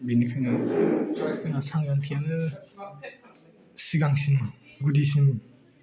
बेनिखायनो जोंहा सांग्रांथियानो सिगांसिन गुदिसिन